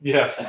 Yes